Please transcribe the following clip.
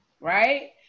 Right